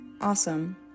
awesome